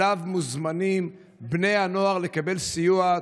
שאליו מוזמנים בני הנוער לקבל סיוע,